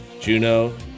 Juno